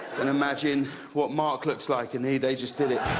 and imagine what mark looks like and they they just did it.